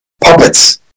Puppets